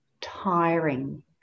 tiring